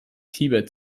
tibet